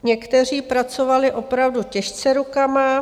Někteří pracovali opravdu těžce rukama.